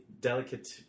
delicate